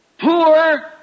poor